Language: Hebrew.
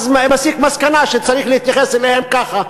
ואז הוא מסיק מסקנה שצריך להתייחס אליהם ככה,